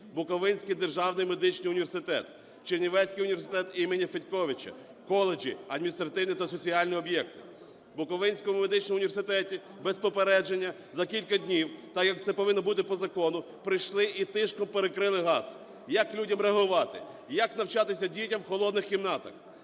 Буковинський державний медичний університет, Чернівецький університет імені Федьковича, коледжі, адміністративні та соціальні об'єкти. В Буковинському медичному університеті без попередження за кілька днів, так, як це повинно бути по закону, прийшли і тишком перекрили газ. Як людям реагувати і як навчатися дітям в холодних кімнатах?